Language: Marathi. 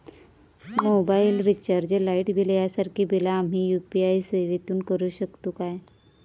मोबाईल रिचार्ज, लाईट बिल यांसारखी बिला आम्ही यू.पी.आय सेवेतून करू शकतू काय?